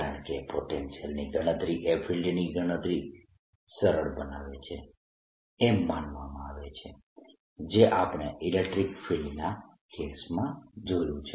કારણકે પોટેન્શિયલની ગણતરી એ ફિલ્ડની ગણતરી સરળ બનાવે છે એમ માનવામાં આવે છે જે આપણે ઇલેક્ટ્રીક ફિલ્ડના કેસમાં જોયું છે